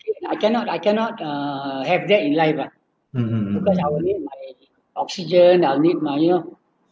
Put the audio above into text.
K I cannot I cannot uh have that in life ah because I will need my oxygen I need my you know